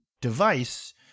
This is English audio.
device